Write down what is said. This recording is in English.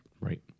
Right